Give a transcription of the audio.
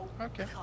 Okay